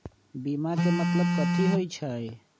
बीमा के मतलब कथी होई छई?